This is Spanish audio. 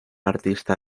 artista